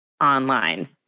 online